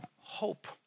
hope